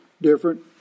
different